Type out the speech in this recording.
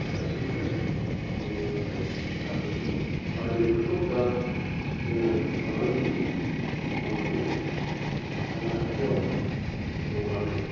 गासैबो जोंनि जायगायावहाय जाजोबो आरो बेफोरखौ दा जोङो फालांगि मावनानै रांखान्थियाव जौगानायाव